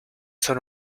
son